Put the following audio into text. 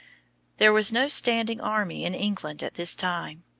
there was no standing army in england at this time.